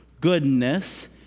goodness